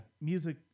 music